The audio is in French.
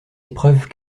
épreuves